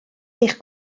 eich